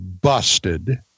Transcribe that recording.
busted